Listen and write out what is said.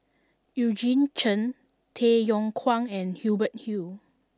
Eugene Chen Tay Yong Kwang and Hubert Hill